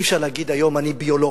אי-אפשר להגיד היום "אני ביולוג",